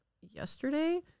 yesterday